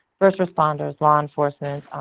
first responders, law enforcement,